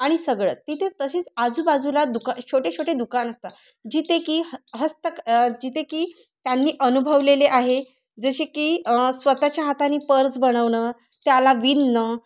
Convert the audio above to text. आणि सगळं तिथे तसेच आजूबाजूला दुका छोटे छोटे दुकान असतात जिथे की ह हस्तक जिथे की त्यांनी अनुभवलेले आहे जसे की स्वतःच्या हातानी पर्स बनवणं त्याला विणणं